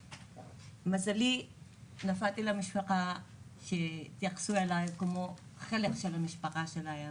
ולמזלי נפלתי על משפחה שהתייחסו אליי כמו אל חלק מהמשפחה שלהם.